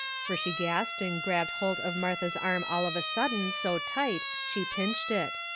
fur she gasped and grabbed holt of martha's arm all of a sudden so tight she pinched it.